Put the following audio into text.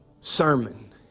sermon